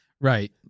Right